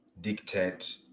dictate